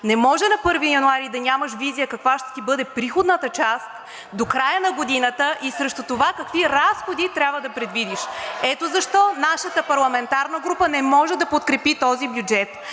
Не може на 1 януари да нямаш визия каква ще ти бъде приходната част до края на годината и срещу това какви разходи трябва да предвидиш.“ Ето защо нашата парламентарна група не може да подкрепи този бюджет.